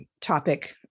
topic